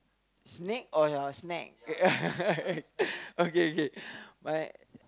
snake or your snack okay okay my